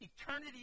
Eternity